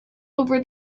over